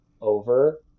over